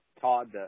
Todd